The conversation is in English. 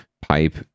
Pipe